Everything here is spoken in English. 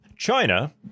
China